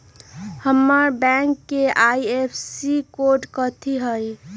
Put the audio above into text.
हमर बैंक के IFSC code कथि हई?